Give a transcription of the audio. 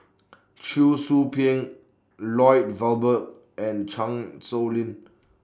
Cheong Soo Pieng Lloyd Valberg and Chan Sow Lin